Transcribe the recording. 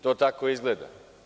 To tako izgleda.